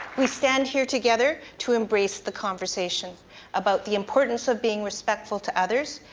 we stand here together to embrace the conversation about the importance of being respectful to others,